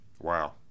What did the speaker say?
Wow